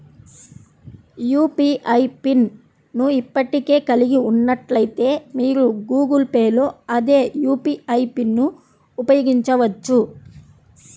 UPI PIN ను ఇప్పటికే కలిగి ఉన్నట్లయితే, మీరు గూగుల్ పే లో అదే యూ.పీ.ఐ పిన్ను ఉపయోగించవచ్చు